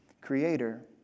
Creator